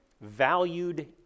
valued